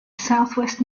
southwest